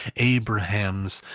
abrahams,